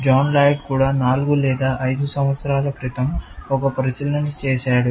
John Laird కూడా నాలుగు లేదా ఐదు సంవత్సరాల క్రితం ఒక పరిశీలన చేసాడు